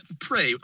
Pray